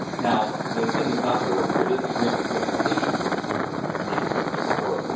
now the thing that's not going to work here, this is great for presentation purposes need to print this report.